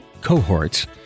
cohorts